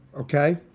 Okay